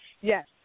yes